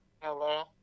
Hello